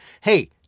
Hey